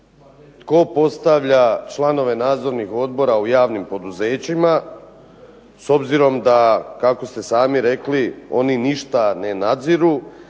Tko postavlja članove nadzornih odbora u javnim poduzećima s obzirom da kako ste sami rekli oni ništa ne nadziru,